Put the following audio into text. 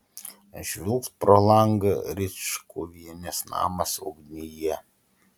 žvilgt pro langą ričkuvienės namas ugnyje